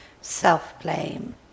self-blame